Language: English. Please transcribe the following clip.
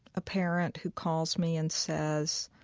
a parent who calls me and says,